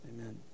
Amen